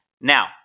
Now